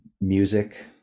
music